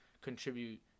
contribute